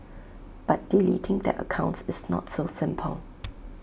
but deleting their accounts is not so simple